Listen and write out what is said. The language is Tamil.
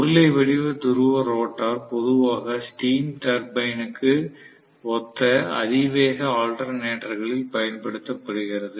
உருளை வடிவ துருவ ரோட்டார் பொதுவாக ஸ்டீம் டர்பைன் க்கு steam turbine ஒத்த அதிவேக ஆல்டர்நெட்டர் களில் பயன்படுத்தப்படுகிறது